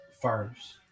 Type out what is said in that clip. first